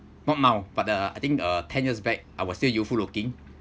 not now but uh I think uh ten years back I was still youthful looking